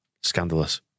Scandalous